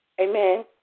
amen